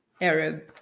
Arab